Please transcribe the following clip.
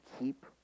keep